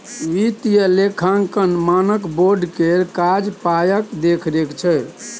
वित्तीय लेखांकन मानक बोर्ड केर काज पायक देखरेख छै